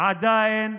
עדיין